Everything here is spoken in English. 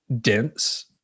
dense